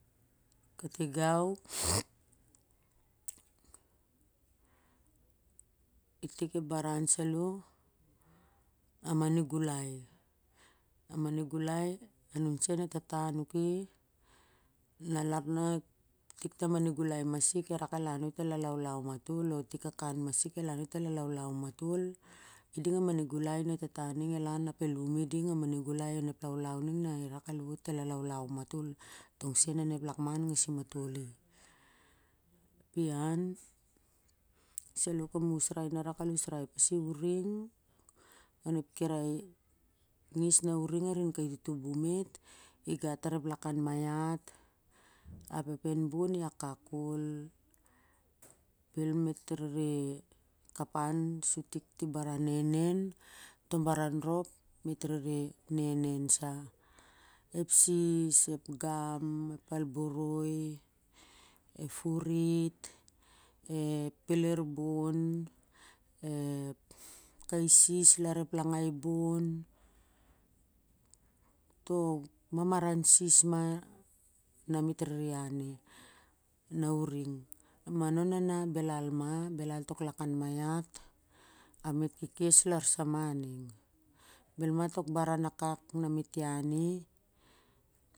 Katigaw i tit ep baran sato a mani galai a mani galai a i not sa on e tata nuki kanak na el tik ta mani galai masik el nak el alawlaw matol iding a mani galai anun e tata ning el lan ap el alaw law ma tol tong sen on ep lakmen agsim matoli ian tik sa lo ep kam usrai arak al lesrai pa si na uring totol nigs na using a rimatol i ap ep en bon i akok ko li bel met ri kapen sut tit ti baran to baran rop met ri nenen sa sis ep gam ep palboroi, furit ep peler bon kai sis lar ep lagai bon mamaran sa sis ma na met re rare ian i na uring ma na nona belal ma lar belal tok lakanmaiat ap met ki kes lar samaning bel ma tok baran akak met ian.